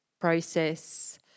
process